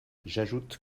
j’ajoute